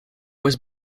was